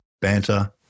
banter